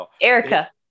Erica